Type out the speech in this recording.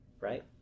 right